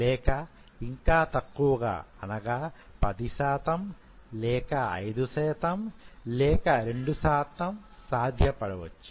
లేక ఇంకా తక్కువగా 10 శాతం లేక 5 శాతం లేక 2 శాతం సాధ్యపడవచ్చు